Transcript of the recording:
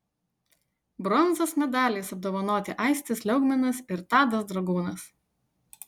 bronzos medaliais apdovanoti aistis liaugminas ir tadas dragūnas